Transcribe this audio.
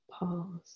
Pause